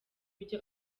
byo